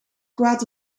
kwaad